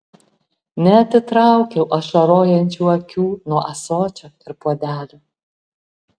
neatitraukiau ašarojančių akių nuo ąsočio ir puodelio